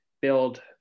build